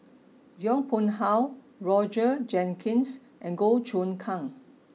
Yong Pung How Roger Jenkins and Goh Choon Kang